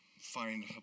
find